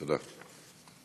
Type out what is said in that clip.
תודה.